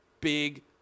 big